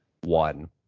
one